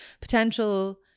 potential